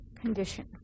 condition